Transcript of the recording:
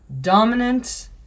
dominant